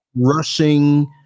rushing